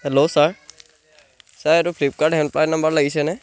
hello sir sir এইটো Flipkart helpline number লাগিছেনে